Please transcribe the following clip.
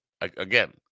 Again